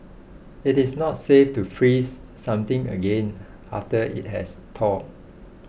it is not safe to freeze something again after it has thawed